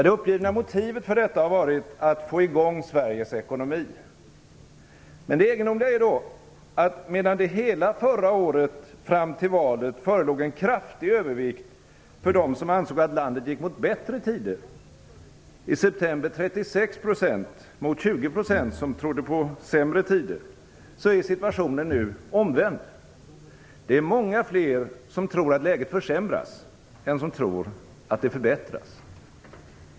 Det uppgivna motivet för dessa åtgärder har varit att få i gång Sveriges ekonomi. Men det egendomliga är då att medan det hela förra året fram till valet förelåg en kraftig övervikt för dem som ansåg att landet gick mot bättre tider - i september 36 % mot 20 % som trodde på sämre tider - är situationen nu omvänd. Det är många fler som tror att läget försämras än som tror att det förbättras.